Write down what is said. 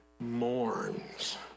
Mourns